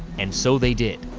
and so they did.